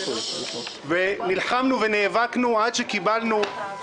נלחמנו ונאבקנו עד שקיבלנו מסמך חתום,